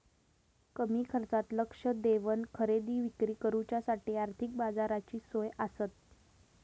कमी खर्चात लक्ष देवन खरेदी विक्री करुच्यासाठी आर्थिक बाजाराची सोय आसता